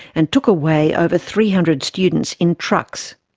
and took away over three hundred students in trucks.